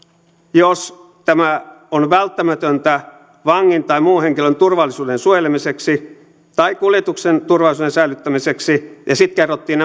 jos tämä on välttämätöntä vangin tai muun henkilön turvallisuuden suojelemiseksi tai kuljetuksen turvallisuuden säilyttämiseksi ja sitten kerrottiin